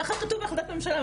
ככה כתוב בהחלטת הממשלה.